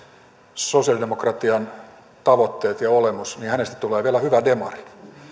sosialidemokratian tavoitteet ja olemus niin hänestä tulee vielä hyvä demari